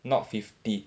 not fifty